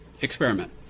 experiment